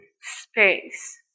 space